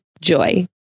Joy